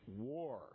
war